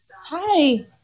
Hi